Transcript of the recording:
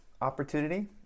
opportunity